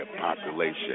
population